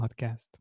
Podcast